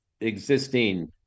existing